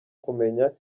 kumenya